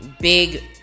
big